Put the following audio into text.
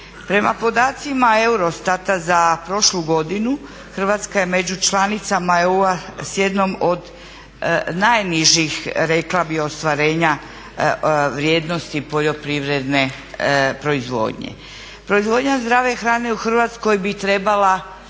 Prema podacima EUROSTAT-a za prošlu godinu Hrvatska je među članicama EU-a s jednom od najnižih rekla bih ostvarenja vrijednosti poljoprivredne proizvodnje. Proizvodnja zdrave hrane u Hrvatskoj bi trebala